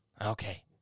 Okay